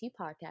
Podcast